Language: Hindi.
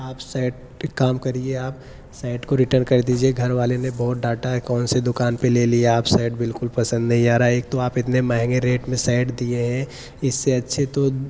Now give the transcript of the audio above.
आप शर्ट एक काम करिए आप शर्ट को रिटर्न कर दीजिए घरवाले ने बहुत डाँटा हैं कौनसी दुकान पर ले लिया आप शर्ट बिलकुल पसंद नहीं आ रहा है एक तो आप इतने महँगे रेट में शर्ट दिए हैं इससे अच्छे तो